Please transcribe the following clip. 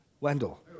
Wendell